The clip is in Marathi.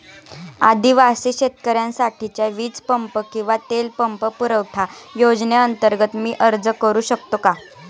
आदिवासी शेतकऱ्यांसाठीच्या वीज पंप किंवा तेल पंप पुरवठा योजनेअंतर्गत मी अर्ज करू शकतो का?